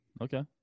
okay